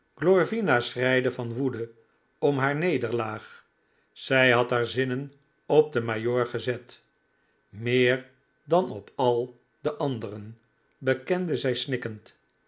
glorvina schreide van woede om haar nederlaag zij had haar zinnen op den majoor gezet meer dan op al de anderen bekende zij